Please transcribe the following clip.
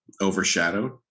overshadowed